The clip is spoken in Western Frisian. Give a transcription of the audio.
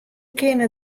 kinne